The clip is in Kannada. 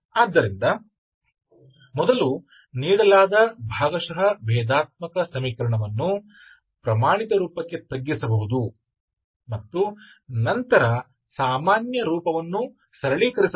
ಆದ್ದರಿಂದ ಮೊದಲು ನೀಡಲಾದ ಭಾಗಶಃ ಭೇದಾತ್ಮಕ ಸಮೀಕರಣವನ್ನು ಪ್ರಮಾಣಿತ ರೂಪಕ್ಕೆ ತಗ್ಗಿಸಬಹುದು ಮತ್ತು ನಂತರ ಸಾಮಾನ್ಯ ರೂಪವನ್ನು ಸರಳೀಕರಿಸಬಹುದು